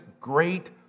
great